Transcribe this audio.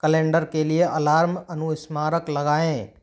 calendar के लिए alarm अनुस्मारक लगाएँ